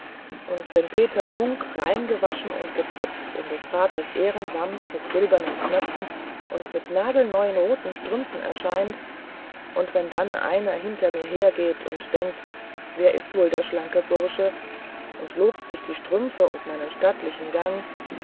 und wenn peter munk rein gewaschen und geputzt in des vaters ehrenwams mit silbernen knöpfen und mit nagelneuen roten strümpfen erscheint und wenn dann einer hinter mir her geht und denkt wer ist wohl der schlanke bursche und lobt bei sich die strümpfe und meinen stattlichen gang